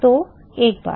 तो एक बात